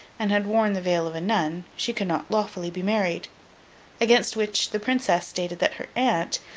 and had worn the veil of a nun, she could not lawfully be married against which the princess stated that her aunt,